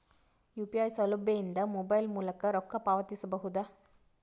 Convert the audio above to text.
UPI ಸೌಲಭ್ಯ ಇಂದ mobile ಮೂಲಕ ರೊಕ್ಕ ಪಾವತಿಸ ಬಹುದಾ?